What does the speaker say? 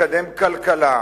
לקדם כלכלה,